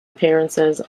appearances